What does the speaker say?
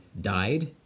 died